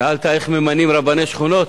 שאלת איך ממנים רבני שכונות.